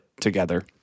together